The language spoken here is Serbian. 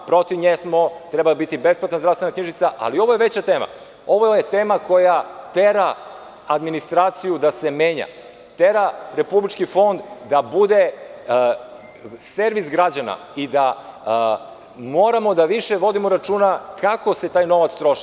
Protiv nje smo, treba biti besplatna zdravstvena knjižica, ali ovo je veća tema, ovo je tema koja tera administraciju da se menja, tera Republički fond da bude servis građana i da moramo da više vodimo računa kako se taj novac troši.